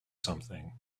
something